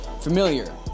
familiar